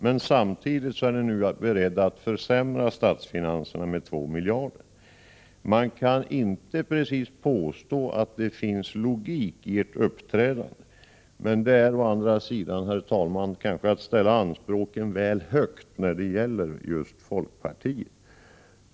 Men samtidigt är ni beredda att försämra statsfinanserna med 2 miljarder. Man kan inte precis påstå att det finns logik i ert uppträdande. Men att kräva logik är å andra sidan, herr talman, kanske att ställa väl höga anspråk när det gäller just folkpartiet.